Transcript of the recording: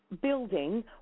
building